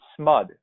SMUD